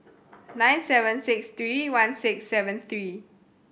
nine seven six three one six seven three